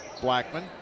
Blackman